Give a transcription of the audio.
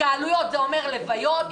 התקהלויות זה לוויות,